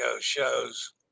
shows